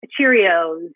Cheerios